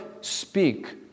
speak